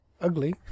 ugly